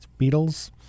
Beatles